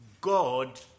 God